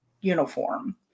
uniform